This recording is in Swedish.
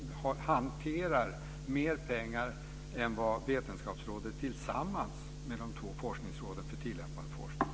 Man hanterar mer pengar än Vetenskapsrådet tillsammans med de två forskningsråden för tillämpad forskning.